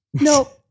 No